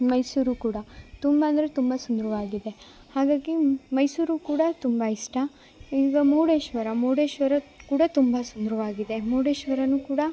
ಮೈಸೂರು ಕೂಡ ತುಂಬ ಅಂದರೆ ತುಂಬ ಸುಂದರವಾಗಿದೆ ಹಾಗಾಗಿ ಮೈಸೂರು ಕೂಡ ತುಂಬ ಇಷ್ಟ ಈಗ ಮುರುಡೇಶ್ವರ ಮುರುಡೇಶ್ವರ ಕೂಡ ತುಂಬ ಸುಂದರವಾಗಿದೆ ಮುರುಡೇಶ್ವರ ಕೂಡ